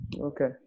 Okay